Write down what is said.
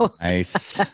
Nice